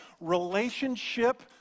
relationship